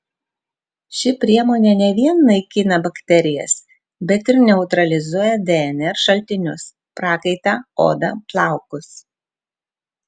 ši priemonė ne vien naikina bakterijas bet ir neutralizuoja dnr šaltinius prakaitą odą plaukus